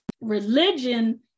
religion